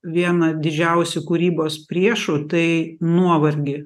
vieną didžiausių kūrybos priešų tai nuovargį